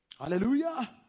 Hallelujah